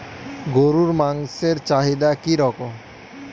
গরুর মাংসের চাহিদা কি রকম?